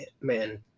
man